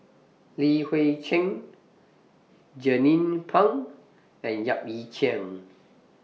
Li Hui Cheng Jernnine Pang and Yap Ee Chian